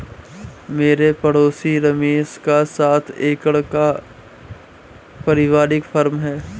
मेरे पड़ोसी रमेश का सात एकड़ का परिवारिक फॉर्म है